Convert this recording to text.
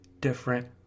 different